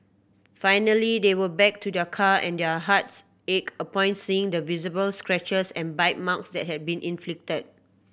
finally they went back to their car and their hearts ached upon seeing the visible scratches and bite marks that had been inflicted